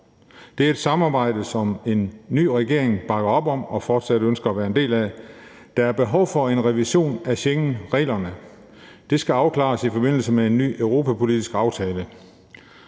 Det er et samarbejde, som en ny regering bakker op om, og fortsat ønsker at være en del af. Der er behov for en revision af Schengen-reglerne. Det skal afklares i forbindelse med en ny Europa-politisk aftale.«